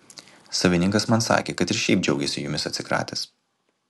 savininkas man sakė kad ir šiaip džiaugiasi jumis atsikratęs